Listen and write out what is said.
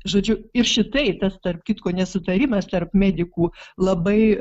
žodžiu ir šitai tas tarp kitko nesutarimas tarp medikų labai